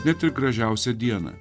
ne tik gražiausią dieną